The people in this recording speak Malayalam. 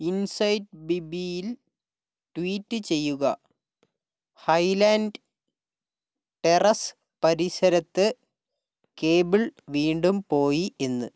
ഇൻസൈറ്റ് ബി ബിയിൽ ട്വീറ്റ് ചെയ്യുക ഹൈലാൻഡ് ടെറസ് പരിസരത്ത് കേബിൾ വീണ്ടും പോയി എന്ന്